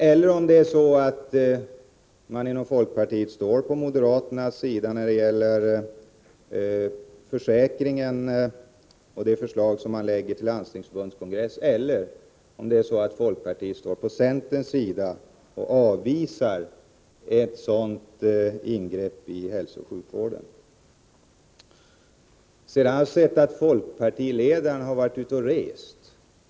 Eller är det så, att man inom folkpartiet står på moderaternas sida när det gäller sjukförsäkringen och det förslag som moderaterna lägger fram till Landstingsförbundets kongress? Eller står folkpartiet på centerns sida och avvisar ett sådant ingrepp i hälsooch sjukvården? Jag har sett att folkpartiledaren har varit ute och rest.